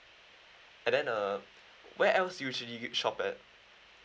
and then uh where else do you usually shop at